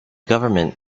government